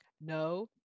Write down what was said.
No